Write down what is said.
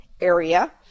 area